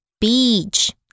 beach